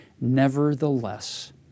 Nevertheless